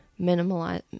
Minimalize